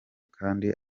kandi